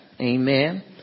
Amen